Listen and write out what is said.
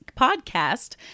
podcast